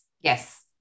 Yes